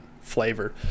flavor